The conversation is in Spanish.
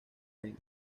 medio